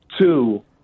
Two